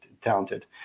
talented